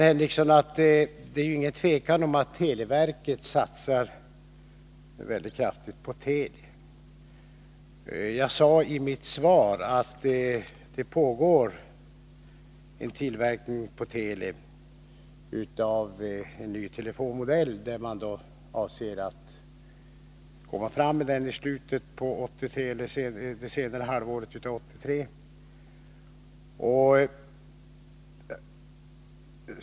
Herr talman! Det råder inget tvivel, Sven Henricsson, om att televerket väldigt kraftigt satsar på Teli. Jag sade i mitt svar att det pågår tillverkning på Teli av en ny telefonmodell. Man avser att leverera den under andra halvåret 1983.